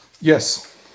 Yes